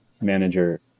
Manager